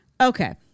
Okay